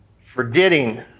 forgetting